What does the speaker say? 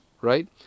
right